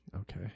okay